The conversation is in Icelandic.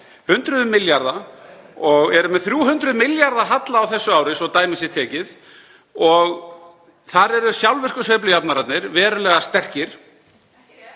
milljarða, og erum með 300 milljarða halla á þessu ári, svo dæmi sé tekið, og þar eru sjálfvirku sveiflujafnararnir verulega sterkir.